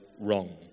wrong